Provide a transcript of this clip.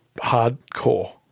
hardcore